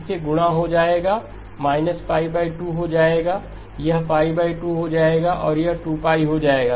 तो यह 3 से गुणा हो जाएगा 2 हो जाएगा यह 2 हो जाएगा और यह 2π हो जाएगा